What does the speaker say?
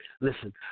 Listen